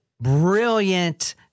brilliant